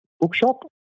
bookshop